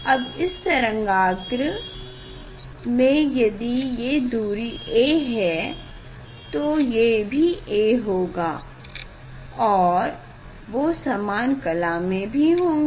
अब इस तरंगाग्र में यदि ये दूरी a है तो ये भी a होगा और वो समान कला में भी होंगे